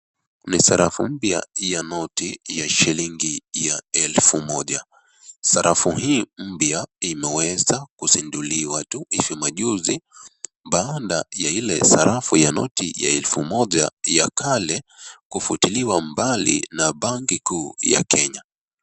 Ni sarafu mpya ya noti ya shilingi ya elfu moja. Sarafu hii mpya imeweza kuzinduliwa tu hivi majuzi baada tu ya ile sarafu ya noti ya elfu moja ya kale kufutiliwa mbali na benki kuu ya Kenya.